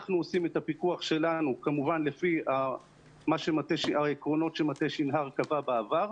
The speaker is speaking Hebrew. אנחנו עושים את הפיקוח שלנו כמובן לפי העקרונות שמטה שנהר קבע בעבר.